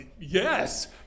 yes